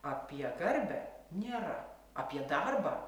apie garbę nėra apie darbą